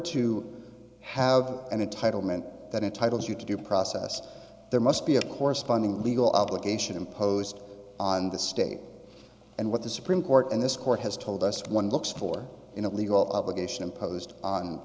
to have an entitlement that entitles you to due process there must be a corresponding legal obligation imposed on the state and what the supreme court and this court has told us one looks for in a legal obligation imposed on